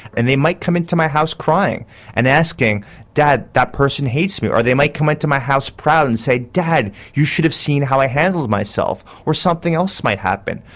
and they might come into my house crying and asking dad, that person hates me, or they might come into my house proud and say dad, you should have seen how i handled myself, or something else might happen.